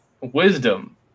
wisdom